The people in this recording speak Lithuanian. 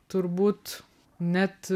turbūt net